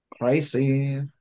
Crazy